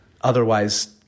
otherwise